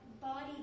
body